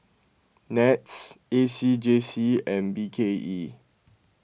NETS A C J C and B K E